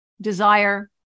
desire